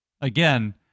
again